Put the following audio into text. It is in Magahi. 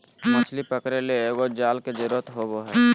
मछली पकरे ले एगो जाल के जरुरत होबो हइ